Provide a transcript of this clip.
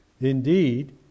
indeed